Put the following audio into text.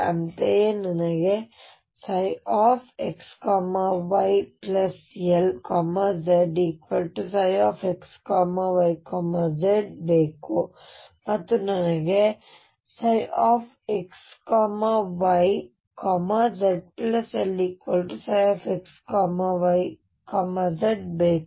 ಅಂತೆಯೇ ನನಗೆ xyLzψxyz ಬೇಕು ಮತ್ತು ನನಗೆ xyzLψxyz ಬೇಕು